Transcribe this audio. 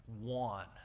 one